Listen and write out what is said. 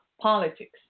politics